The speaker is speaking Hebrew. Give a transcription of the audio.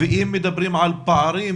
אם מדברים על פערים